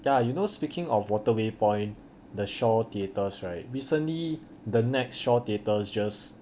ya you know speaking of waterway point the shaw theatres right recently the NEX shaw theatres just